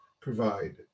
provide